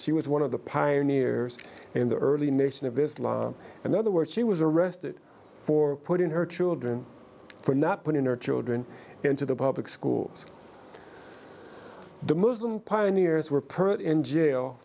she was one of the pioneers in the early nation of islam and other words she was arrested for putting her children for not putting her children into the public schools the muslim pioneers were perched in jail